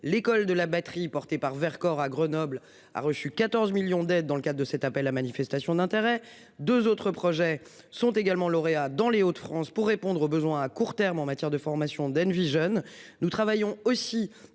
L'école de la batterie porté par Vercors à Grenoble a reçu 14 millions d'aide dans le cas de cet appel à manifestation d'intérêt. 2 autres projets sont également lauréat dans les Hauts-de-France pour répondre aux besoins à court terme en matière de formation d'Envy Vision, nous travaillons aussi